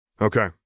Okay